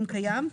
אם קיים,